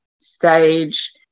stage